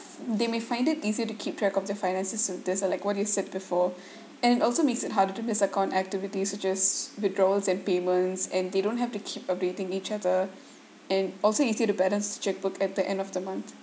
they may find it easier to keep track of their finances if there's a like what you said before and it also makes it harder to miss account activity such as withdrawals and payments and they don't have to keep updating each other and also easier to balance checkbook at the end of the month